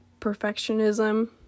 perfectionism